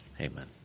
Amen